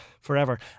forever